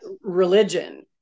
religion